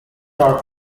are